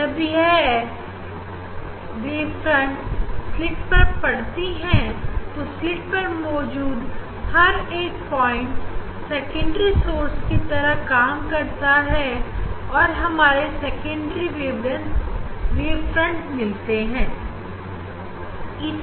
जब यह wavefront slit पर पढ़ते हैं तो स्लीट पर मौजूद हर एक पॉइंट सेकेंडरी सोर्स की तरह काम करता है और हमें सेकेंडरी वेवफ्रंट मिलते हैं